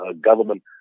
government